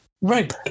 right